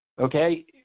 Okay